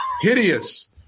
Hideous